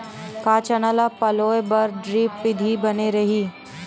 का चना ल पलोय बर ड्रिप विधी बने रही?